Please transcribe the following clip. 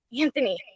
Anthony